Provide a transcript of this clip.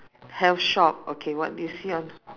health shop okay what do you see on